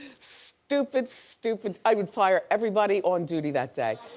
stupid, stupid, i would fire everybody on duty that day.